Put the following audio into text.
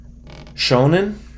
Shonen